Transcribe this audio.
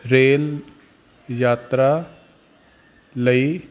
rail ਯਾਤਰਾ ਲਈ